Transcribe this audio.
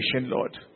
Lord